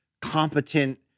competent